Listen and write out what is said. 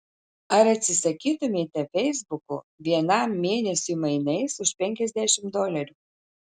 ar atsisakytumėte feisbuko vienam mėnesiui mainais už penkiasdešimt dolerių